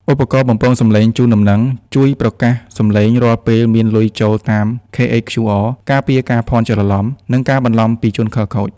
ឧបករណ៍បំពងសំឡេងជូនដំណឹង ជួយប្រកាសសំឡេងរាល់ពេលមានលុយចូលតាម KHQR ការពារការភ័ន្តច្រឡំ និងការបន្លំពីជនខិលខូច។